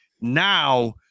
now